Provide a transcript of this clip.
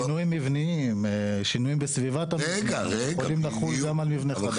שינויים מבניים או שינויים בסביבת המבנה יכולים לחול גם על מבנה חדש.